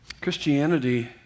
Christianity